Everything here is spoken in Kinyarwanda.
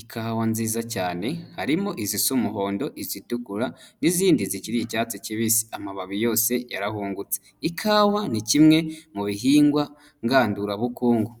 ikawa nziza cyane, harimo izisa umuhondo, ititukura n'izindi zikiri icyatsi kibisi, amababi yose yarahungutse, ikawa ni kimwe mu bihingwa, ngandurabukungu.